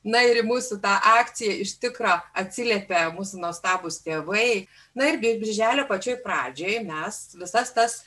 na ir į mūsų tą akciją iš tikro atsiliepė mūsų nuostabūs tėvai na ir birželio pačioj pradžioj mes visas tas